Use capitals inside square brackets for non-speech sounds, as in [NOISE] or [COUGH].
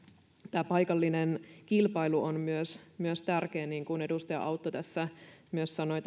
tämä paikallinen kilpailu on myös myös tärkeää niin kuin edustaja autto tässä sanoi [UNINTELLIGIBLE]